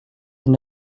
une